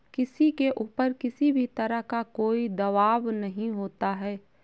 किसी के ऊपर किसी भी तरह का कोई दवाब नहीं होता है